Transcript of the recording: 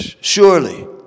Surely